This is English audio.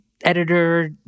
editor